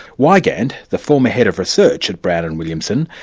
wigand, the former head of research at brown and williamson,